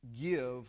give